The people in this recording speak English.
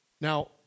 Now